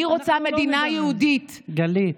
אני רוצה מדינה יהודית, גלית.